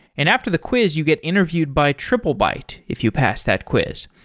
and after the quiz you get interviewed by triplebyte if you pass that quiz.